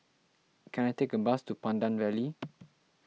can I take a bus to Pandan Valley